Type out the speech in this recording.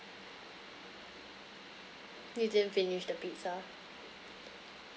you didn't finish the pizza